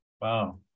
Wow